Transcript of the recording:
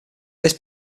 this